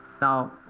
Now